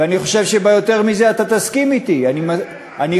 ואני חושב שבַ"יותר מזה" אתה תסכים אתי: אני חושב